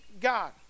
God